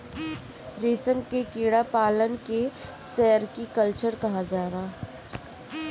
रेशम के कीड़ा पालन के सेरीकल्चर कहल जाला